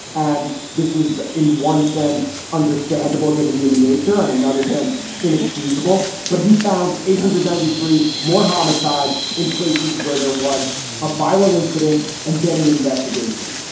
and this is in one sense, understandable, given human nature and another sense inexcusable. but he found eight hundred and ninety three more homicides in places where there was a viral incident and then an investigation.